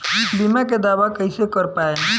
बीमा के दावा कईसे कर पाएम?